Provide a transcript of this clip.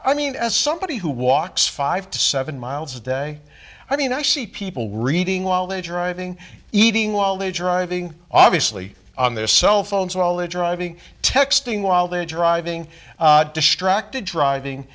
i mean as somebody who walks five to seven miles a day i mean i see people reading while they're driving eating while they driving obviously on their cell phones all the driving texting while they're driving distracted driving